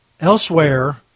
Elsewhere